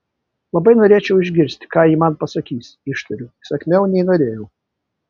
labai norėčiau išgirsti ką ji man pasakys ištariu įsakmiau nei norėjau